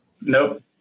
Nope